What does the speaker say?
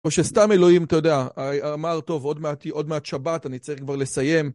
או שסתם אלוהים, אתה יודע, אמר, טוב, עוד מעט שבת, אני צריך כבר לסיים.